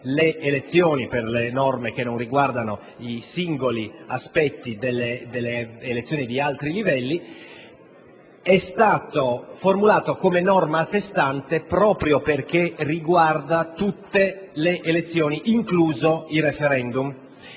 le elezioni per le norme che non riguardano i singoli aspetti delle elezioni di altri livelli - è stata formulata come a sé stante proprio perché riguarda tutte le elezioni, incluso il referendum,